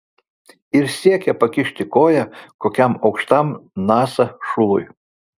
ir siekia pakišti koją kokiam aukštam nasa šului